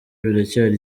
biracyari